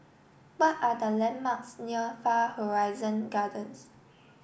what are the landmarks near Far Horizon Gardens